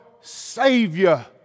Savior